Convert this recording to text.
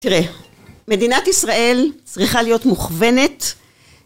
תראה , מדינת ישראל צריכה להיות מכוונת